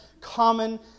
common